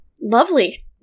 Lovely